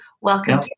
Welcome